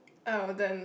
oh then